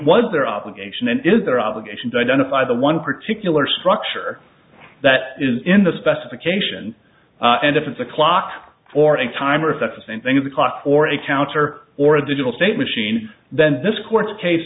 is their obligation to identify the one particular structure that is in the specification and if it's a clock or a timer if that's the same thing with a clock or a counter or a digital state machine then this court case